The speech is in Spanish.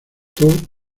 con